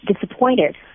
disappointed